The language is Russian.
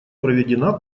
проведена